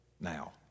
now